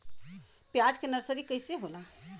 प्याज के नर्सरी कइसे होला?